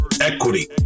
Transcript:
equity